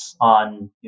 on